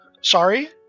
Sorry